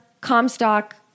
Comstock